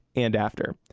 and after.